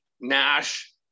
Nash